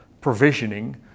provisioning